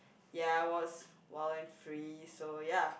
ya I was wild and free so ya